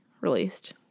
released